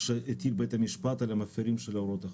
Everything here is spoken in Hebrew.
שהטיל בית המשפט על מפירים של הוראות החוק.